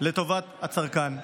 לטובת הצרכן.